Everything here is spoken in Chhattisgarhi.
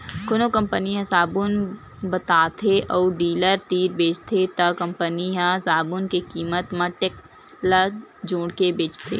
कोनो कंपनी ह साबून बताथे अउ डीलर तीर बेचथे त कंपनी ह साबून के कीमत म टेक्स ल जोड़के बेचथे